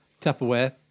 Tupperware